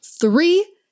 three